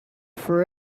for